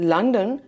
London